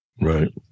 Right